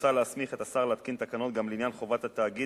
מוצע להסמיך את השר להתקין תקנות גם לעניין חובת התאגיד